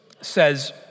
says